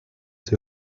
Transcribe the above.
sie